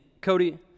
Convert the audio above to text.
Cody